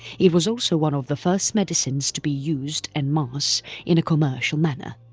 it was also one of the first medicines to be used en-masse in a commercial manner.